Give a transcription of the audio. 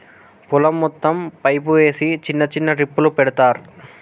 పొలం మొత్తం పైపు వేసి చిన్న చిన్న డ్రిప్పులు పెడతార్